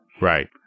right